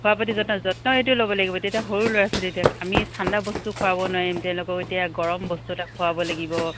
খোৱাৰ প্ৰতি যত্ন যত্নয়েতো ল'ব লাগিব তেতিয়া সৰু ল'ৰা ছোৱালী এতিয়া আমি ঠাণ্ডা বস্তু খোৱাব নোৱাৰিম তেওঁলোকক এতিয়া গৰম বস্তু এটা খোৱাব লাগিব